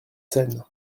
seine